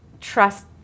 trust